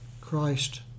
Christ